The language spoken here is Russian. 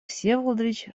всеволодович